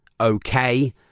okay